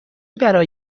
برای